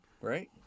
Right